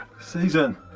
Season